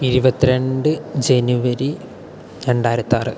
ഇരുപത്തി രണ്ട് ജനുവരി രണ്ടായിരത്താറ്